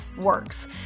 works